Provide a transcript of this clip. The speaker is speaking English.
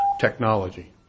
technology